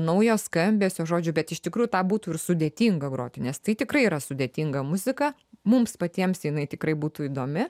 naujo skambesio žodžiu bet iš tikrųjų tą būtų ir sudėtinga groti nes tai tikrai yra sudėtinga muzika mums patiems tai jinai tikrai būtų įdomi